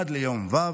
עד ליום ו'